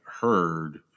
heard